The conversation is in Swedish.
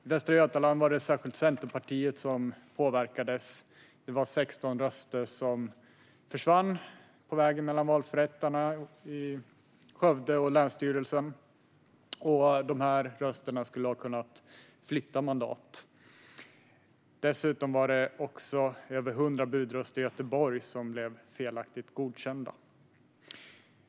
I Västra Götaland var det särskilt Centerpartiet som påverkades. Det var 16 röster som försvann på vägen mellan valförrättarna i Skövde och länsstyrelsen, röster som skulle ha kunnat flytta mandat. Dessutom var det också över 100 budröster i Göteborg som blev felaktigt godkända.